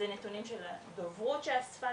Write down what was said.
אלה נתונים שהדוברות אספה,